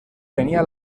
venia